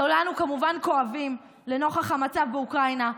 כולנו כמובן כואבים לנוכח המצב באוקראינה,